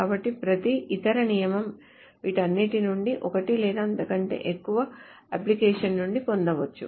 కాబట్టి ప్రతి ఇతర నియమం వీటన్నిటి నుండి ఒకటి లేదా అంతకంటే ఎక్కువ అప్లికేషన్ల నుండి పొందవచ్చు